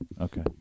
Okay